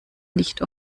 nicht